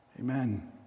Amen